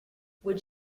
would